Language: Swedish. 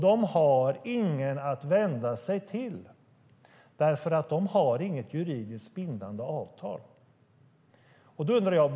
De har ingen att vända sig till, för de har inget juridiskt bindande avtal.